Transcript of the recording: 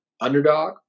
underdog